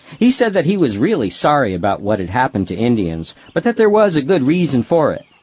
he said that he was really sorry about what had happened to indians, but that there was a good reason for it.